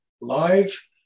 live